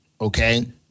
Okay